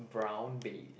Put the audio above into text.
brown beige